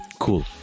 Cool